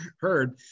heard